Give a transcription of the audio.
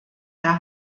der